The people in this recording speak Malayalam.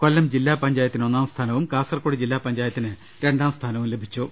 കൊല്ലം ജില്ലാപഞ്ചായത്തിന് ഒന്നാം സ്ഥാനവും കാസർകോട് ജില്ലാപഞ്ചായത്തിന് രണ്ടാം സ്ഥാനവും ലഭിച്ചു